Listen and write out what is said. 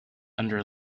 under